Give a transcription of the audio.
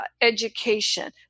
education